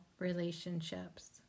relationships